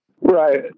Right